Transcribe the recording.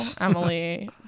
Emily